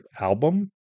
album